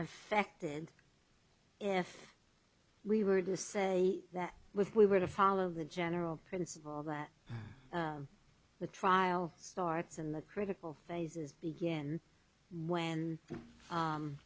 affected if we were to say that with we were to follow the general principle that the trial starts in the critical phases begin when